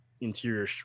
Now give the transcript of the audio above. interior